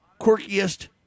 quirkiest